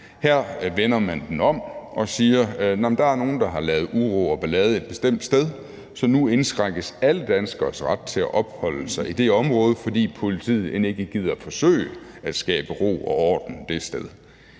Her vender man den om og siger: Der er nogle, der har lavet uro og ballade et bestemt sted, så nu indskrænkes alle danskeres ret til at opholde sig i det område, fordi politiet end ikke gider at forsøge at skabe ro og orden det sted.